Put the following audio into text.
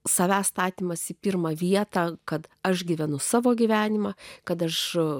savęs statymas į pirmą vietą kad aš gyvenu savo gyvenimą kad aš